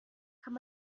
kann